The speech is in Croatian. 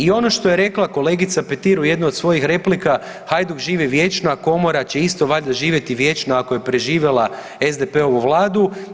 I ono što je rekla kolegica Petir u jednoj od svojih replika Hajduk živi vječno, a Komora će isto valjda živjeti vječno ako je preživjela SDP-ovu Vladu.